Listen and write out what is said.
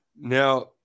Now